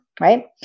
right